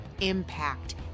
impact